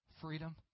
Freedom